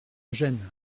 gêne